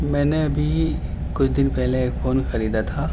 میں نے ابھی کچھ دن پہلے ایک فون خریدا تھا